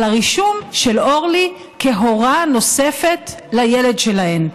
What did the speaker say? הרישום של אורלי כהורה נוספת לילד שלהן,